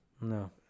no